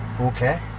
Okay